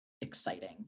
exciting